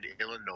Illinois